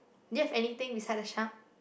do you have anything beside a shark